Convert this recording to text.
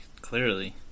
Clearly